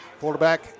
Quarterback